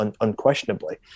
unquestionably